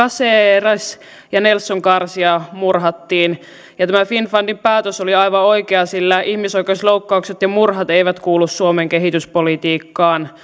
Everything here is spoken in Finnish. caceres ja nelson garcia murhattiin tämä finnfundin päätös oli aivan oikea sillä ihmisoikeusloukkaukset ja murhat eivät kuulu suomen kehityspolitiikkaan